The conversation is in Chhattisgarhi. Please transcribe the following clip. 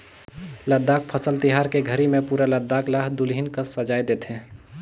लद्दाख फसल तिहार के घरी मे पुरा लद्दाख ल दुलहिन कस सजाए देथे